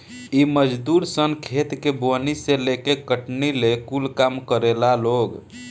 इ मजदूर सन खेत के बोअनी से लेके कटनी ले कूल काम करेला लोग